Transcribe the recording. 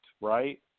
right